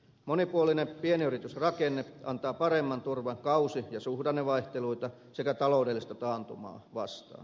monipuolinen pienyritysrakenne antaa paremman turvan kausi ja suhdannevaihteluita sekä taloudellista taantumaa vastaan